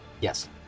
Yes